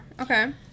okay